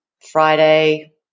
Friday